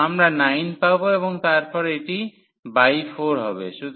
সুতরাং আমরা 9 পাব এবং তারপর এটি বাই 4 হবে